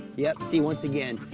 yep, see, once again,